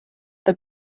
the